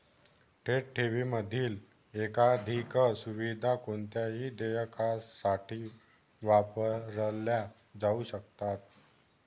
थेट ठेवींमधील एकाधिक सुविधा कोणत्याही देयकासाठी वापरल्या जाऊ शकतात